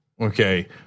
okay